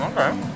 Okay